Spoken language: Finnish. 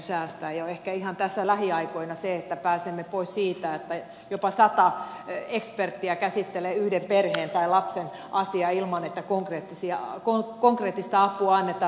jo ehkä ihan tässä lähiaikoina pääsemme pois siitä että jopa sata eksperttiä käsittelee yhden perheen tai lapsen asiaa ilman että konkreettista apua annetaan